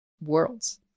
worlds